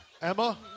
Emma